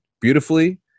beautifully